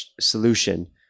solution